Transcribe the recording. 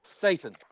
satan